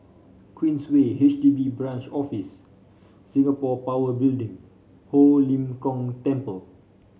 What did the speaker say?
Queensway H D B Branch Office Singapore Power Building Ho Lim Kong Temple